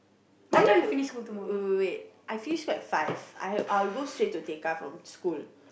are you wait I finish school at five I will will go straight to Tekka from school